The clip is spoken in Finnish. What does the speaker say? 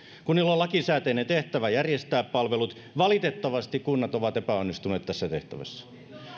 kunnilla on lakisääteinen tehtävä järjestää palvelut valitettavasti kunnat ovat epäonnistuneet tässä tehtävässä